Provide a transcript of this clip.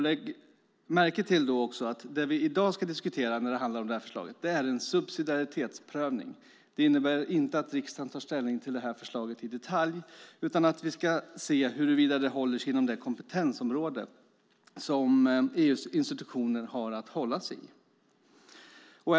Lägg märke till att det vi i dag ska diskutera är en subsidiaritetsprövning. Det innebär inte att riksdagen tar ställning till förslaget i detalj utan att vi ska se huruvida det håller sig inom det kompetensområde som EU:s institutioner har att hålla sig inom.